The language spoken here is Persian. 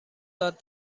داد